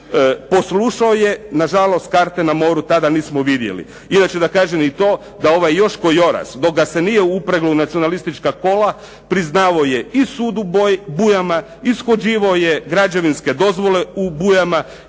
Poslušao je, nažalost karte na moru tada nismo vidjeli. Inače, da kažem i to da ovaj Joško Joras dok ga se nije upreglo u nacionalistička kola priznavao je i sud u Bujama, ishođivao je građevinske dozvole u Bujama